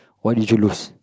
why did you lose